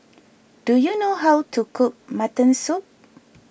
do you know how to cook Mutton Soup